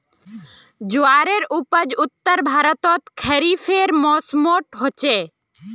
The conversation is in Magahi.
ज्वारेर उपज उत्तर भर्तोत खरिफेर मौसमोट होचे